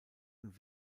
und